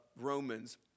Romans